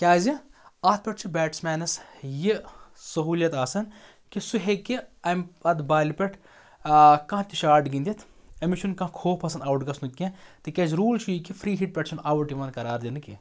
کیٛازِ اَتھ پٮ۪ٹھ چھُ بیٹٕس مینَس یہِ سہوٗلِیَت آسان کہِ سُہ ہیٚکہِ اَمہِ اَتھ بالہِ پٮ۪ٹھ کانٛہہ تہِ شاٹ گِنٛدِتھ أمِس چھُنہٕ کانٛہہ خوف آسان آوُٹ گژھنُک کیٚنٛہہ تِکیٛازِ روٗل چھُ یہِ کہِ فرٛی ہِٹ پٮ۪ٹھ چھُنہٕ آوُٹ یِوان قرار دِنہٕ کیٚنٛہہ